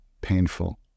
painful